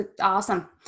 awesome